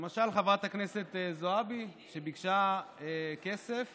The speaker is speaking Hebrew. למשל, חברת הכנסת זועבי ביקשה כסף